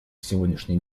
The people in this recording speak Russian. сегодняшний